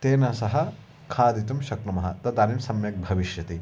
तेन सह खादितुं शक्नुमः तदानीं सम्यक् भविष्यति